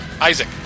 Isaac